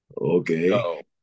Okay